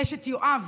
יואב